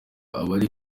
abari